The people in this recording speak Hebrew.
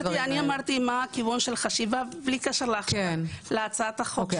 אני אמרתי מה הכיוון של החשיבה בלי קשר להצעת החוק.